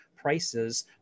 Prices